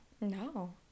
No